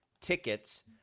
tickets